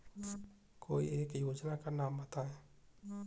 कोई एक योजना का नाम बताएँ?